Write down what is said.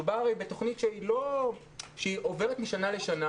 מדובר על תוכנית שעוברת משנה לשנה.